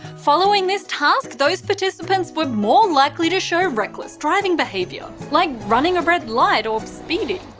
following this task, those participants were more likely to show reckless driving behaviour. like running a red light or speeding.